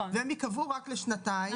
ייקבעו רק לשנתיים.